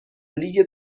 لیگ